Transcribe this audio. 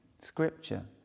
Scripture